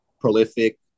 prolific